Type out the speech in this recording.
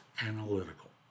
analytical